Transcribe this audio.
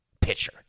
pitcher